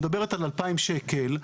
שמדברת על 2,000 שקל,